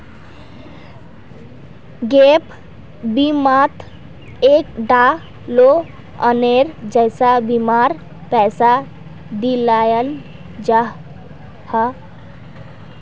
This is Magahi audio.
गैप बिमात एक टा लोअनेर जैसा बीमार पैसा दियाल जाहा